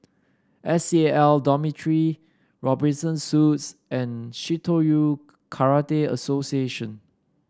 S C L Dormitory Robinson Suites and Shitoryu Karate Association